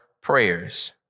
prayers